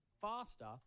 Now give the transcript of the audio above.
faster